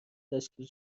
تشکیل